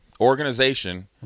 organization